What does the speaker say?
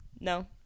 no